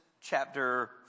chapter